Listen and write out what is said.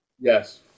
Yes